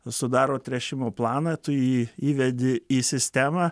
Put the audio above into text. sudaro tręšimo planą tu jį įvedi į sistemą